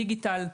דיגיטל,